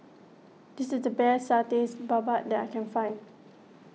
this is the best Satay Babat that I can find